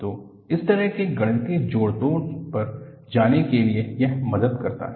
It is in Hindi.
तो इस तरह के गणितीय जोड तोड़ पर जाने के लिए यह मदद करता है